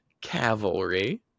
Cavalry